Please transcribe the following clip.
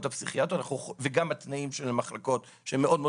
הפסיכיאטריות וגם התנאים של המחלקות שהם מאוד מאוד